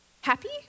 happy